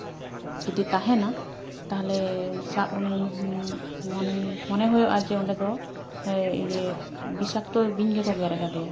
ᱡᱩᱫᱤ ᱛᱟᱦᱮᱱᱟ ᱛᱟᱦᱚᱞᱮ ᱥᱟᱵ ᱢᱚᱱᱮ ᱦᱩᱭᱩᱜᱼᱟ ᱡᱮ ᱚᱸᱰᱮ ᱫᱚ ᱵᱤᱥᱟᱠᱛᱚ ᱵᱤᱧ ᱜᱮᱠᱚ ᱜᱮᱨᱟᱠᱟᱫᱮᱭᱟ